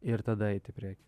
ir tada eiti į priekį